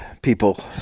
People